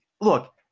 Look